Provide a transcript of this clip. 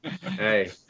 Hey